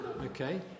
Okay